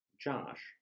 Josh